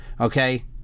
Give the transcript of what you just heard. Okay